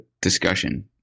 discussion